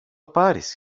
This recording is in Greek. πάρεις